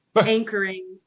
anchoring